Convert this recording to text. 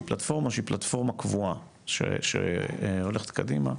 פלטפורמה שהיא פלטפורמה קבועה שהולכת קדימה,